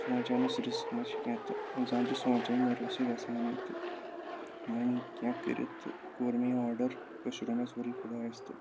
سونٛچانَس risk ما چھِ کینٛہہ تہٕ اِنسان چھُ سونٛچان نٔروَسٕے گژھانٕے تہٕ وَنۍ کینٛہہ کٔرِتھ تہٕ کوٚر مےٚ یہِ آرڈَر پٔشرو مےٚ سورُے خۄدایَس تہٕ